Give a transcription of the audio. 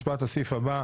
לסעיף הבא: